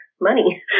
money